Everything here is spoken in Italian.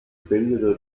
periodo